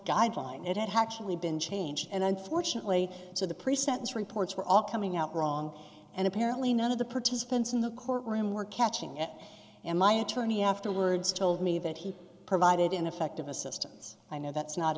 guideline it had actually been changed and unfortunately so the pre sentence reports were all coming out wrong and apparently none of the participants in the courtroom were catching it and my attorney afterwards told me that he provided ineffective assistance i know that's not